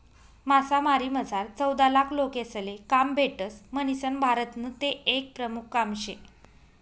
मासामारीमझार चौदालाख लोकेसले काम भेटस म्हणीसन भारतनं ते एक प्रमुख काम शे